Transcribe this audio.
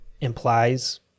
implies